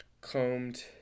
combed